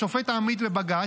השופט עמית בבג"ץ,